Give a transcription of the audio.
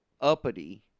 uppity